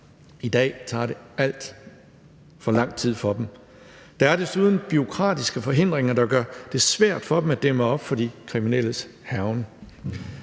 I dag tager det alt for lang tid for dem. Der er desuden bureaukratiske forhindringer, der gør det svært for dem at dæmme op for de kriminelles hærgen.